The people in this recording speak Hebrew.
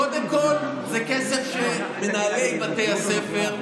קודם כול זה כסף של מנהלי בתי הספר,